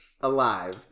alive